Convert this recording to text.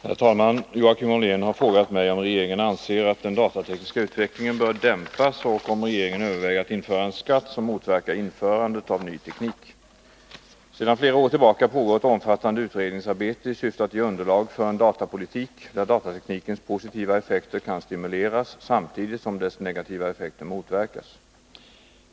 Herr talman! Joakim Ollén har frågat mig om regeringen anser att den datatekniska utvecklingen bör dämpas och om regeringen överväger att införa en skatt som motverkar införandet av ny teknik. Sedan flera år tillbaka pågår ett omfattande utredningsarbete i syfte att ge underlag för en datapolitik där datateknikens positiva effekter kan stimuleras samtidigt som dess negativa effekter motverkas.